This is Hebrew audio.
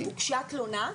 הוגשה תלונה?